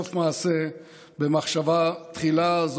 סוף מעשה במחשבה תחילה.